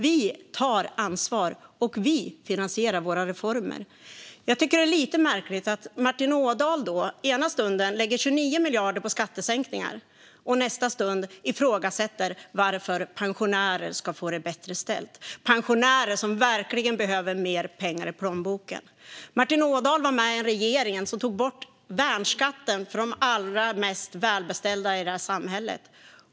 Vi tar ansvar, och vi finansierar våra reformer. Jag tycker att det är lite märkligt att Martin Ådahl ena stunden lägger 29 miljarder på skattesänkningar och i nästa stund ifrågasätter varför pensionärer ska få det bättre ställt, pensionärer som verkligen behöver mer pengar i plånboken. Martin Ådahl var med i en regering som tog bort värnskatten för de allra mest välbeställda i samhället.